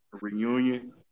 reunion